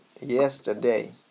yesterday